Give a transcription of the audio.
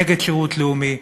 נגד שירות לאומי.